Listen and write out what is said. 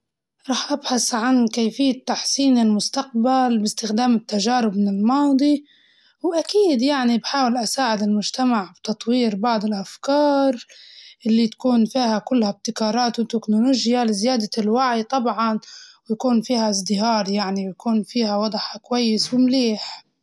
راح أبحث عن كيفية تحسين المستقبل باستخدام التجارب من الماضي، وأكيد يعني بحاول أساعد المجتمع وتطوير بعض الأفكار اللي تكون فيها كلها ابتكارات وتكنولوجيا لزيادة الوعي طبعاً، ويكون فيها ازدهار يعني ويكون فيها وضعها كويس ومليح.